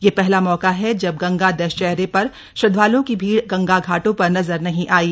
यह पहला मौका है जब गंगा दशहरे पर श्रद्वाल्ओं की भीड़ गंगा घाटों पर नजर नहीं आयी